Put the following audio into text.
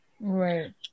right